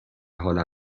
حال